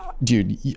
Dude